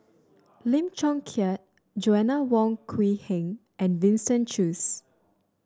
Lim Chong Keat Joanna Wong Quee Heng and Winston Choos